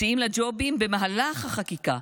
מציעים לה ג'ובים במהלך החקיקה,